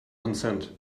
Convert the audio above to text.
consent